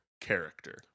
character